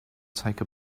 take